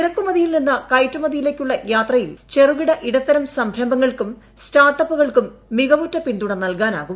ഇറക്കുമതിയിൽ നിന്ന് കയറ്റുമതിയിലേക്കുള്ള യാത്രയിൽ ചെറുകിട ഇടത്തരം സംരംഭങ്ങൾക്കും സ്റ്റാർട്ടപ്പൂകൾക്കും മികവുറ്റ പിന്തുണ നൽകാനാകും